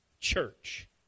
church